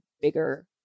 bigger